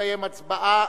תתקיים הצבעה.